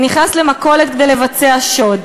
ונכנס למכולת כדי לבצע שוד.